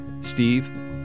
Steve